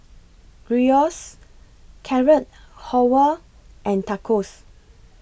Gyros Carrot Halwa and Tacos